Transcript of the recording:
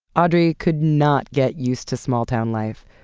audrey could not get used to small town life.